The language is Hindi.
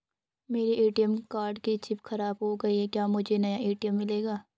मेरे ए.टी.एम कार्ड की चिप खराब हो गयी है क्या मुझे नया ए.टी.एम मिलेगा?